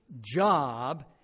job